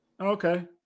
Okay